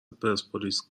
پرسپولیس